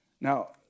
Now